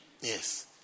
Yes